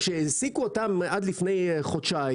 כשהעסיקו אותם עד לפני חודשיים,